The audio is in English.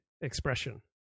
expression